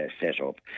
setup